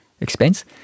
expense